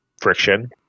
friction